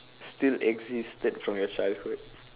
still existed from your childhood